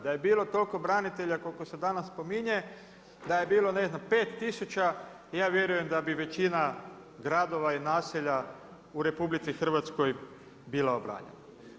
Da je bilo toliko branitelja koliko se danas spominje, da je bilo ne znam 5 tisuća ja vjerujem da bi većina gradova i naselja u RH bila obranjena.